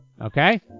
Okay